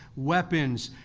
weapons,